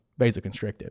vasoconstricted